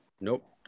Nope